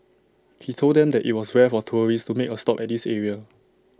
he told them that IT was rare for tourists to make A stop at this area